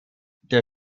der